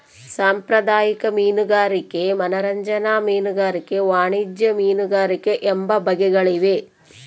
ಸಾಂಪ್ರದಾಯಿಕ ಮೀನುಗಾರಿಕೆ ಮನರಂಜನಾ ಮೀನುಗಾರಿಕೆ ವಾಣಿಜ್ಯ ಮೀನುಗಾರಿಕೆ ಎಂಬ ಬಗೆಗಳಿವೆ